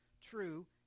true